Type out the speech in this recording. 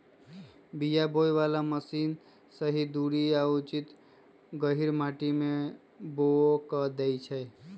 बीया बोय बला मशीन सही दूरी आ उचित गहीर माटी में बाओ कऽ देए छै